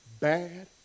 bad